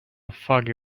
foggy